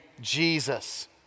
Jesus